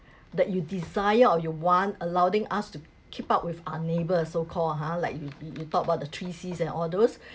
that you desire or you want allowing us to keep up with our neighbours so call ha like you you you talk about the three Cs and all those